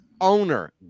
owner